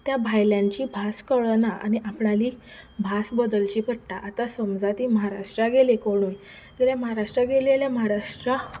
त्या भायल्यांची भास कळना आनी आपणाली भास बदलची पडटा आतां समजा ते म्हाराष्ट्रा गेले कोणूय जाल्यार म्हाराष्ट्रा गेले जाल्यार म्हाराष्ट्रा